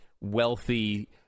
wealthy